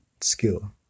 skill